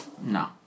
No